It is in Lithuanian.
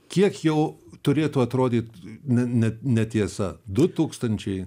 kiek jau turėtų atrodyt ne ne netiesa du tūkstančiai